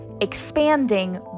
expanding